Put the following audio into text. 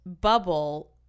bubble